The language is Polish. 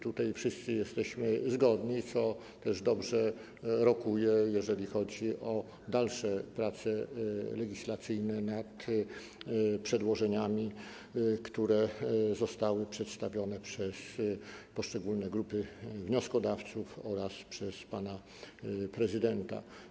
Tutaj wszyscy jesteśmy zgodni, co też dobrze rokuje, jeżeli chodzi o dalsze prace legislacyjne nad przedłożeniami, które zostały przedstawione przez poszczególne grupy wnioskodawców oraz przez pana prezydenta.